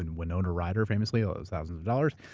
and winona ryder famously, all those thousands of dollars.